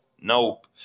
Nope